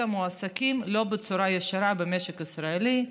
מועסקים בצורה לא ישירה במשק הישראלי,